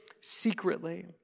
secretly